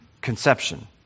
conception